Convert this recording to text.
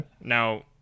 Now